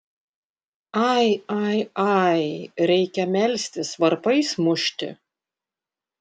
ai ai ai reikia melstis varpais mušti